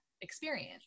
experience